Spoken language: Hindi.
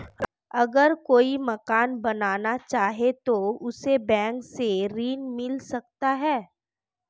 अगर कोई मकान बनाना चाहे तो उसे बैंक से ऋण मिल सकता है?